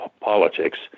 politics